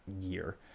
year